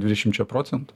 dvidešimčia procentų